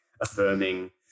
affirming